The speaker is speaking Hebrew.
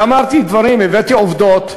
ואמרתי דברים, הבאתי עובדות.